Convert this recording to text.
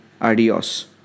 Adios